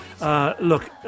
Look